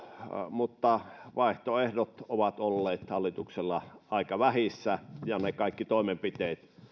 mutta vaihtoehdot ovat olleet hallituksella aika vähissä ja ne kaikki toimenpiteet